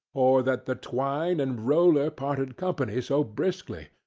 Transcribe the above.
or that the twine and roller parted company so briskly,